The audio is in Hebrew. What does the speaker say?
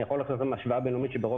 אני יכול לעשות גם השוואה בין-לאומית שברוב